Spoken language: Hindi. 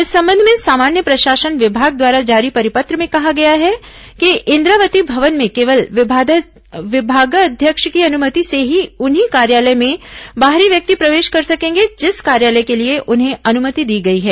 इस संबंध में सामान्य प्रशासन विभाग द्वारा जारी परिपत्र में कहा गया है कि इंद्रावती भवन में केवल विभागाध्यक्ष की अनुमति से ही उन्हीं कार्यालय में बाहरी व्यक्ति प्रवेश कर सकेंगे जिस कार्यालय के लिए उन्हें अनुमति दी गई है